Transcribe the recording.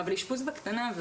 אבל אשפוז בקטנה,